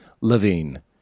Levine